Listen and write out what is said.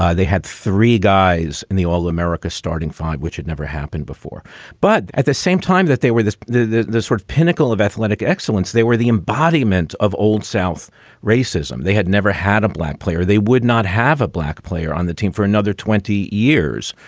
they had three guys in the all america's starting five, which had never happened before. but at the same time that they were the the sort of pinnacle of athletic excellence, they were the embodiment of old south racism. they had never had a black player. they would not have a black player on the team for another twenty years,